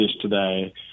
today